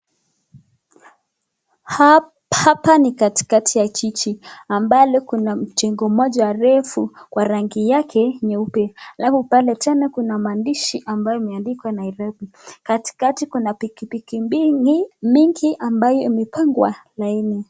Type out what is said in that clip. Hapa ni katikati ya jiji ambalo kuna mjengo moja refu kwa rangi yake nyeupe alafu pale tena kuna maandishi ambayo imeandikwa Nairobi. Katikati kuna pikipiki mingi ambayo imepangwa laini.